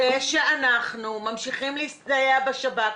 שזה שאנחנו ממשיכים להסתייע בשב"כ,